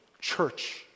church